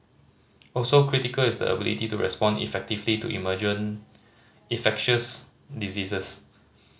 also critical is the ability to respond effectively to emerging infectious diseases